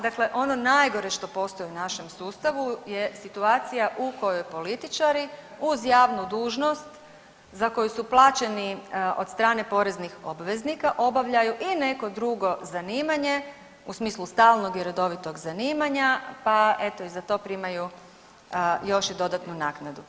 Dakle, ono najgore što postoji u našem sustavu je situacija u kojoj političari uz javnu dužnost za koju su plaćeni od strane poreznih obveznika obavljaju i neko drugo zanimanje u smislu stalnog i redovitog zanimanja pa eto i za to primaju još i dodatnu naknadu.